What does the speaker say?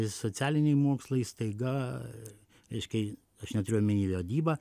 socialiniai mokslai staiga reiškia aš neturiu omeny vadybą